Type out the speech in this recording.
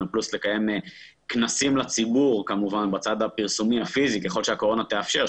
ולקיים כנסים לציבור בצד הפרסומי הפיזי אם הקורונה תאפשר,